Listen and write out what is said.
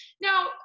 Now